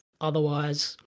Otherwise